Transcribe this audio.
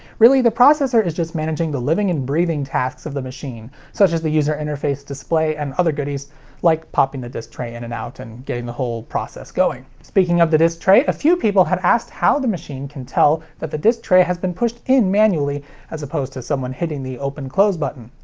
really, the processor is just managing the living and breathing tasks of the machine, such as the user interface, display, and other goodies like popping the disc tray in and out and getting the whole process going. speaking of the disc tray, a few people had asked how the machine can tell that the disc tray has been pushed in manually as opposed to someone hitting the open close button.